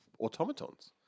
automatons